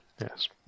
yes